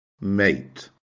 mate